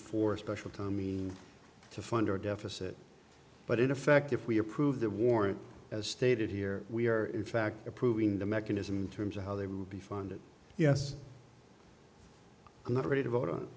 for special time means to fund our deficit but in effect if we approve the war as stated here we are in fact approving the mechanism terms of how they will be funded yes i'm not ready to vote on